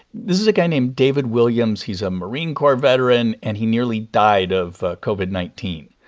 this is a guy named david williams. he's a marine corps veteran, and he nearly died of covid nineteen,